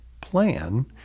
plan